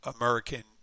American